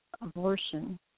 abortion